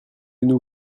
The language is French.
nous